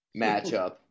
matchup